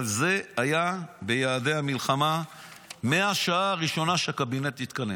אבל זה היה ביעדי המלחמה מהשעה הראשונה שהקבינט התכנס.